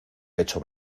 pecho